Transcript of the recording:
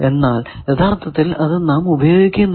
എന്നാൽ യഥാർത്ഥത്തിൽ അത് നാം ഉപയോഗിക്കുന്നുണ്ട്